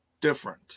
different